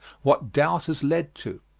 what doubt has led to.